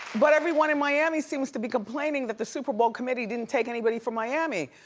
but everyone in miami seems to be complaining that the super bowl committee didn't take anybody from miami.